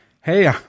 hey